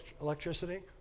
electricity